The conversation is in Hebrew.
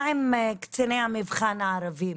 מה עם קציני המבחן הערבים?